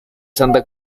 santa